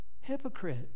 Hypocrite